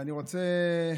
ואני רוצה,